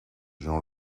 jean